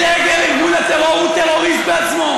מי שהולך ומניף את דגל ארגון הטרור הוא טרוריסט בעצמו.